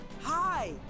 hi